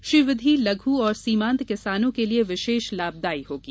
श्री विधि लघू एवं सीमांत किसानों के लिए विशेष लाभदायी होती है